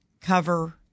cover